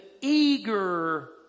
eager